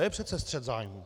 To je přece střet zájmů.